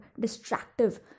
distractive